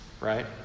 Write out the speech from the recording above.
right